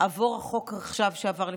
עבור דרך חוק שעבר עכשיו,